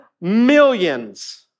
millions